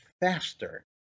faster